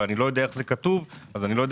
אבל אני לא יודע איך זה כתוב אני לא יודע